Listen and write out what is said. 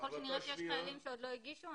ככל שנראה שיש חיילים שעוד לא הגישו,